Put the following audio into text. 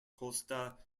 costa